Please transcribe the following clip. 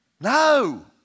No